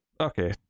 okay